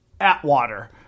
Atwater